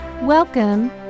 Welcome